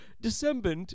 December